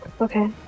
okay